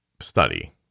study